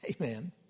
Amen